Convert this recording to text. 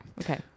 Okay